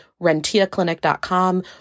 rentiaclinic.com